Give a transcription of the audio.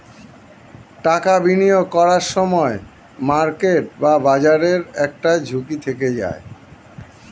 টাকা বিনিয়োগ করার সময় মার্কেট বা বাজারের একটা ঝুঁকি থেকে যায়